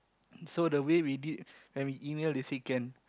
so the way we did when we emailed they say can